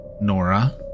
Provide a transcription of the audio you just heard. Nora